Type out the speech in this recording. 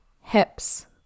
Hips